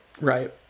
Right